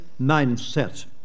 mindset